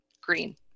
green